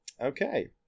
Okay